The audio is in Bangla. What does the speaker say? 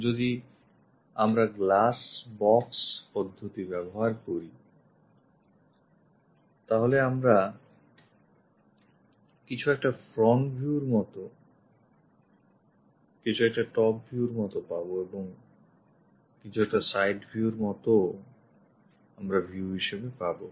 যদি আমরা গ্লাস বক্স পদ্ধতি ব্যবহার করি তাহলে আমরা কিছু একটা ফ্রন্ট ভিউর মত কিছু একটা top viewর মত পাবো এবং কিছু একটা side view র মত ও আমরা view হিসেবে পাবো